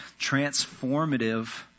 transformative